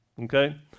Okay